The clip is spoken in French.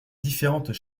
différentes